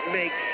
make